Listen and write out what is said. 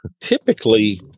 typically